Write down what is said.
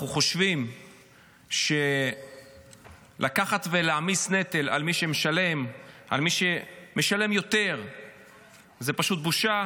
אנחנו חושבים שלקחת ולהעמיס נטל על מי שמשלם יותר זו פשוט בושה,